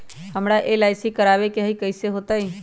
हमरा एल.आई.सी करवावे के हई कैसे होतई?